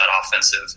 offensive